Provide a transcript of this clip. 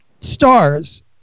stars